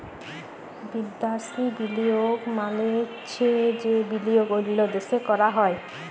বিদ্যাসি বিলিয়গ মালে চ্ছে যে বিলিয়গ অল্য দ্যাশে ক্যরা হ্যয়